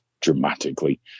dramatically